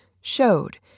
showed